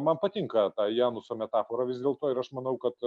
man patinka ta januso metafora vis dėlto ir aš manau kad